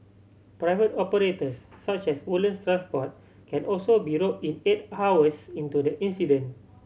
private operators such as Woodlands Transport can also be rope in eight hours into the incident